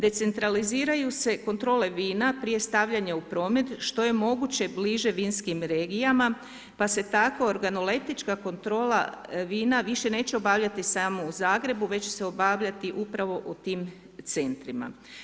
Decentraliziraju se kontrole vina prije stavljanja u promet što je moguće bliže vinskim regijama pa se tako organoleptička kontrola vina više neće obavljati samo u Zagrebu već će se obavljati upravo u tim centrima.